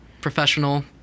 professional